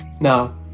Now